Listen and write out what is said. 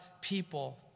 people